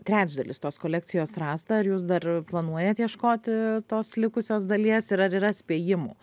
trečdalis tos kolekcijos rasta ar jūs dar planuojat ieškoti tos likusios dalies ir ar yra spėjimų